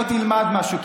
בוא תלמד משהו,